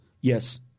Yes